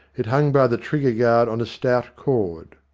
it hung by the trigger-guard on a stout cord.